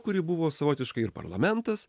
kuri buvo savotiškai ir parlamentas